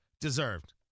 deserved